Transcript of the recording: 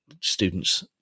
students